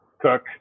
cook